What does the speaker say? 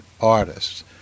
artists